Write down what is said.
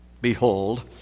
Behold